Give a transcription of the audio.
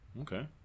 Okay